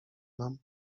nam